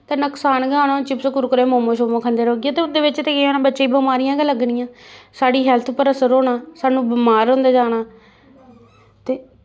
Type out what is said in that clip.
ते नकसान गै होना चिप्स कुरकुरे मोमोस शोमो खंदे रौह्गे ते उं'दे बिच्च बच्चे गी बमारियां गै लग्गनियां साढ़ी हैल्थ उप्पर असर होना सानूं बमार होंदे जाना ते